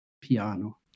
piano